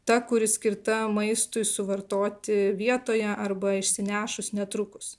ta kuri skirta maistui suvartoti vietoje arba išsinešus netrukus